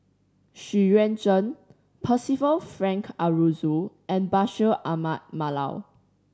Xu Yuan Zhen Percival Frank Aroozoo and Bashir Ahmad Mallal